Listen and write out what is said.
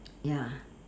ya